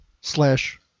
slash